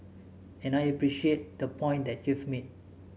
and I appreciate the point that you've made